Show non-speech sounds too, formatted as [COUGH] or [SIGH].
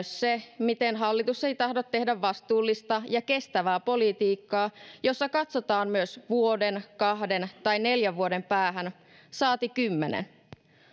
[UNINTELLIGIBLE] se miten hallitus ei tahdo tehdä vastuullista ja kestävää politiikkaa jossa katsotaan myös vuoden kahden tai neljän vuoden päähän saati kymmenen